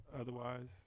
otherwise